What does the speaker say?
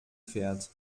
fährt